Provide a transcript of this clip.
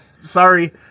sorry